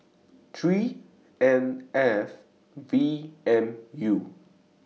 three N F V M U